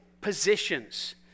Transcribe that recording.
positions